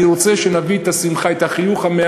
אני רוצה שנביא את השמחה, מעט חיוך.